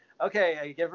okay